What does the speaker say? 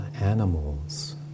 animals